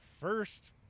first